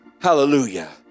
Hallelujah